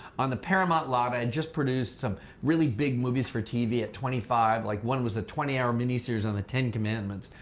on the paramount lobby. i just produced some really big movies for tv at twenty five. like one was the twenty hour miniseries on the ten commandments.